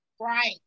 Right